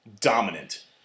dominant